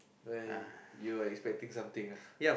why you were expecting something ah